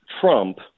Trump